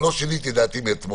לא שיניתי את דעתי מאתמול.